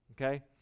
okay